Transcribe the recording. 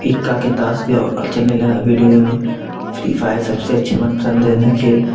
इक्का के ताश भी अब चलने लगा है वीडियो गेम में फ्री फायर सब से अच्छे मनपसंद है गेम है खेल